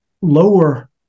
lower